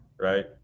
right